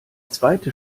zweite